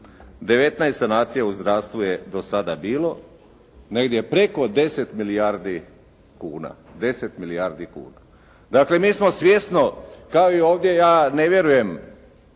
19 sanacija u zdravstvu je do sada bilo. Negdje preko 10 milijardi kuna. Dakle mi smo svjesno, kao i ovdje ja ne vjerujem